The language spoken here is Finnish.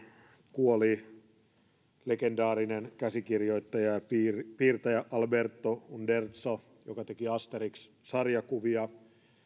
kuoli legendaarinen käsikirjoittaja ja piirtäjä albert uderzo joka teki asterix sarjakuvia